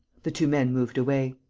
the two men moved away.